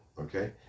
Okay